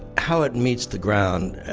how it meets the ground,